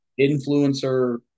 influencer